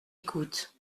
écoute